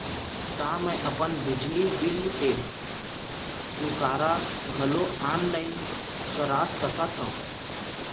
का मैं अपन बिजली बिल के चुकारा घलो ऑनलाइन करा सकथव?